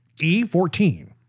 E14